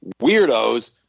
weirdos